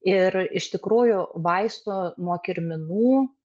ir iš tikrųjų vaisto nuo kirminų